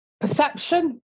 perception